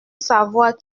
savoir